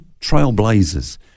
trailblazers